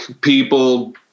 people